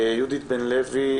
יהודית בן לוי.